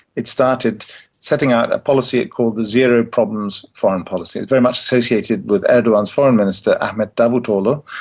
it started setting out a policy it called the zero-problems foreign policy. it's very much associated with erdogan's foreign minister, ahmet davutoglu.